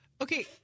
Okay